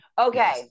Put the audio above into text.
Okay